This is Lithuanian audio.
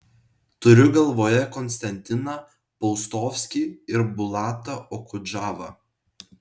turiu galvoje konstantiną paustovskį ir bulatą okudžavą